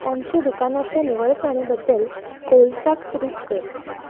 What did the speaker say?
तांचे दुकानाच्या निवळसाणे बद्दल कोहल्साक ट्वीट कर